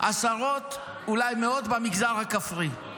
עשרות, אולי מאות במגזר הכפרי.